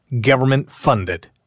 government-funded